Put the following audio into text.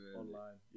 online